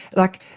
like,